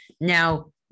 now